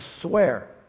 swear